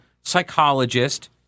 psychologist